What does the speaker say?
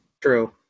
True